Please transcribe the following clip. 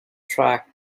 track